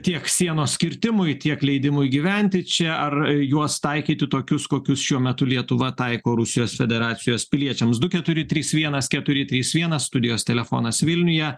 tiek sienos kirtimui tiek leidimui gyventi čia ar juos taikyti tokius kokius šiuo metu lietuva taiko rusijos federacijos piliečiams du keturi trys vienas keturi trys vienas studijos telefonas vilniuje